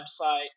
website